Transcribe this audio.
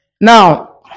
Now